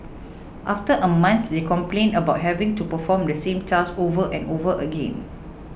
after a month they complained about having to perform the same task over and over again